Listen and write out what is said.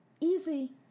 easy